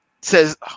says